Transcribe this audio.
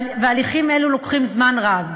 והליכים אלו לוקחים זמן רב.